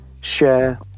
share